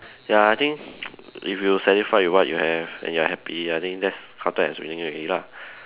ya I think if you satisfied with what you have and you're happy I think that's counted as winning already lah